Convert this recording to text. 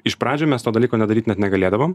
iš pradžių mes to dalyko nedaryt net negalėdavom